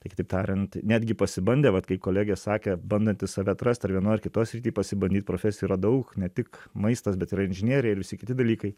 tai kitaip tariant netgi pasibandę vat kai kolegė sakė bandantys save atrast ar vienoj ar kitoj srity pasibandyt profesiją yra daug ne tik maistas bet yra inžinieriai ir visi kiti dalykai